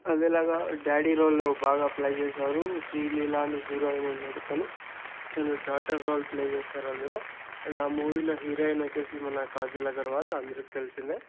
అదేలాగా daddy రోల్లో బాగా play చేశారు శ్రీ లీల అని హీరోయిన్ అనమాట తను తను డాటర్ రోల్ ప్లే చేశారు అందులో అండ్ ఆ మూవీలో హీరోయిన్ వచ్చేసి మన కాజల్ అగర్వాల్ అందరికి తెలిసిందే